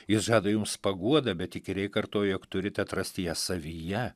jis žada jums paguodą bet įkyriai kartoja jog turite atrasti ją savyje